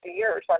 years